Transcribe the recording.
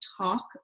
talk